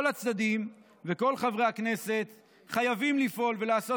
כל הצדדים וכל חברי הכנסת חייבים לפעול ולעשות